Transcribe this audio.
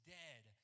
dead